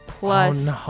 Plus